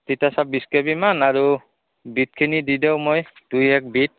তিতা চাপ বিছ কেবিমান আৰু বিটখিনি দি দিওঁ মই দুই এক বিট